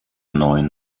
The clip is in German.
neuen